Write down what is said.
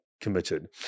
committed